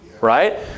right